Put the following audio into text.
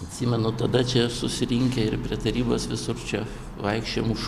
atsimenu tada čia susirinkę ir prie tarybos visur čia vaikščiojom už